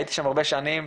הייתי שם הרבה שנים,